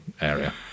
area